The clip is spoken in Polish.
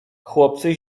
chłopcy